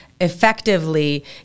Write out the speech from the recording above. effectively